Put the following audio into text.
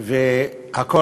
והכול